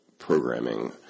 Programming